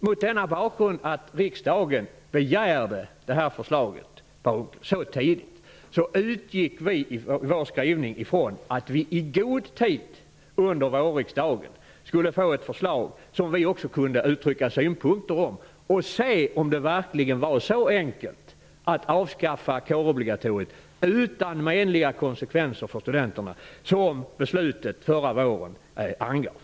Mot bakgrund av att riksdagen begärde ett förslag så tidigt, Per Unckel, utgick vi i vår skrivning ifrån att vi i god tid under vårriksdagen skulle få ett förslag som också vi kunde uttrycka synpunkter på och se om det verkligen var så enkelt att avskaffa kårobligatoriet utan menliga konsekvenser för studenterna som beslutet förra våren angav.